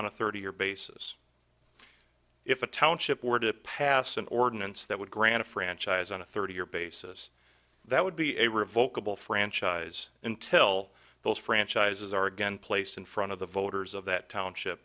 on a thirty year basis if a township were to pass an ordinance that would grant a franchise on a thirty year basis that would be a revokable franchise until those franchises are again placed in front of the voters of that township